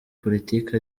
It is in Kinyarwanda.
politiki